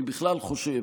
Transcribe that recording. אני בכלל חושב,